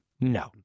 No